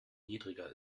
niedriger